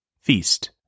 Feast